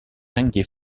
tangy